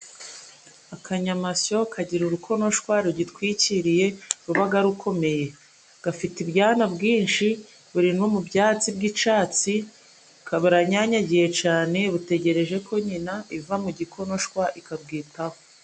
Akanyamasyo kagira urukonoshwa rugitwikiriye rubaga rukomeye, gafite ibyana bwinshi buri no mu byatsi bw'icyatsi, kabaranyanyagiye cane, butegereje ko nyina iva mu gikonoshwa ikabwitaho.